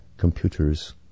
computers